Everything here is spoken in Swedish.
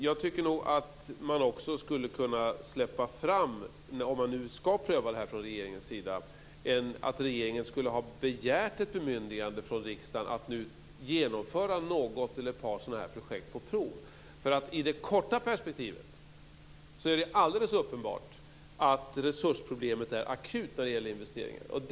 Jag tycker nog också att regeringen, om den nu ska pröva detta, skulle ha begärt ett bemyndigande från riksdagen att nu genomföra ett eller ett par sådana här projekt på prov. I det korta perspektivet är det alldeles upppenbart att resursproblemet vad gäller investeringar är akut.